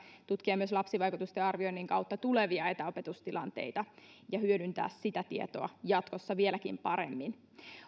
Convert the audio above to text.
tutkia lapsivaikutusten arvioinnin kautta tulevia etäopetustilanteita ja hyödyntää sitä tietoa jatkossa vieläkin paremmin